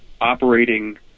operating